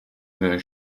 the